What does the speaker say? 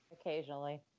Occasionally